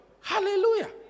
Hallelujah